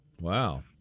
Wow